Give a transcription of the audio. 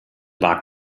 war